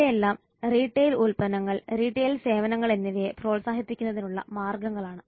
ഇവയെല്ലാം റീട്ടെയിൽ ഉൽപന്നങ്ങൾ റീട്ടെയിൽ സേവനങ്ങൾ എന്നിവയെ പ്രോത്സാഹിപ്പിക്കുന്നതിനുള്ള മാർഗങ്ങളാണ്